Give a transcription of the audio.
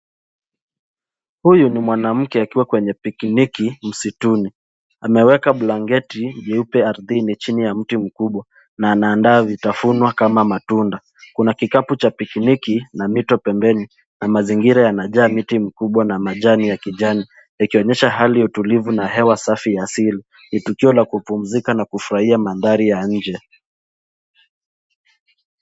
Huyu ni mwanamke akiwa kwenye pikiniki msituni. Ameweka blanketi nyeupe ardhini chini ya mti mkubwa na anaanda vitafunwa kama matunda. Kuna kikapu cha pikiniki na mito pembeni na mazingira yanaja mti mkubwa na majani ya kijani, ikionyesha hali ya utulivu na hewa safi ya asili. Ni tukio la kupumzika na kufurahia mandhari ya nje.